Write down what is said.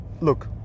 look